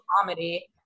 comedy